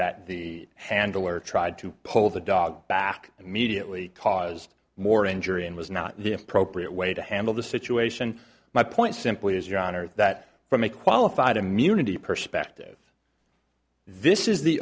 that the handler tried to pull the dog back immediately caused more injury and was not the appropriate way to handle the situation my point simply is your honor that from a qualified immunity perspective this is the